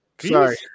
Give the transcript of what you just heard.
Sorry